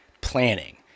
planning